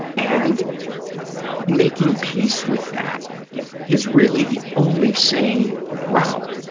and making peace with that is really the only sane route,